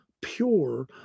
pure